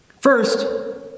First